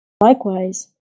Likewise